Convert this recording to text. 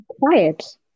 quiet